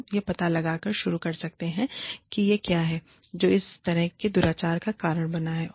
हम यह पता लगाकर शुरू कर सकते हैं कि यह क्या है जो इस तरह के दुराचार का कारण बना है